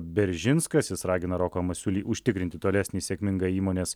beržinskas jis ragina roką masiulį užtikrinti tolesnį sėkmingą įmonės